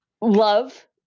love